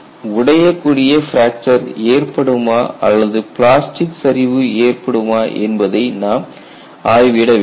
எனவே உடையக்கூடிய பிராக்சர் ஏற்படுமா அல்லது பிளாஸ்டிக் சரிவு ஏற்படுமா என்பதை நாம் ஆய்விட வேண்டும்